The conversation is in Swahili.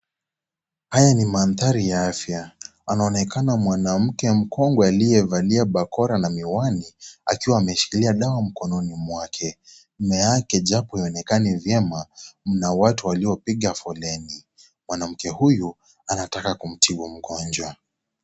Haya ni mandhari ya afya. Anaonekana mwanamke mkongwe aliyevalia bakora na miwani, akiwa ameshikilia dawa mkononi mwake. Nyuma yake, japo haionekani vyema, mna watu waliopiga foleni. Mwanamke huyu, anataka kumtibu mgonjwa.